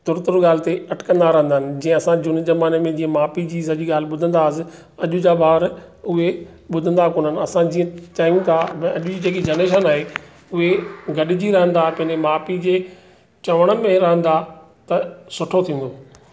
तुर तुर ॻाल्हि ते अटकंदा रहंदा आहिनि जीअं असां झूने ज़माने में जीअं माउ पीउ जी सॼी ॻाल्हि ॿुधंदासीं अॼु जा ॿार उहे ॿुधंदा कोन आहिनि असां जीअं चाहियूं था अॼु अॼु जी जेकी जनरेशन आहे उहे गॾिजी रहंदा पंहिंजे माउ पीउ जे चवण में रहंदा त सुठो थींदो